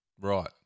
Right